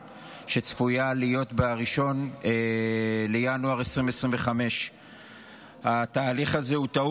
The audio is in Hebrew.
שצפויה להיות ב-1 בינואר 2025. התהליך הזה הוא טעות.